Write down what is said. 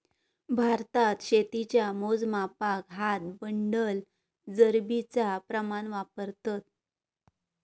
भारतात शेतीच्या मोजमापाक हात, बंडल, जरीबचा प्रमाण वापरतत